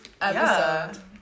episode